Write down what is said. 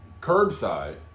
curbside